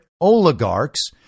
oligarchs